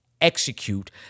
execute